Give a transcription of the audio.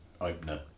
opener